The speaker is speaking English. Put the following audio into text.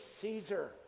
Caesar